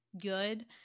good